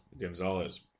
Gonzalez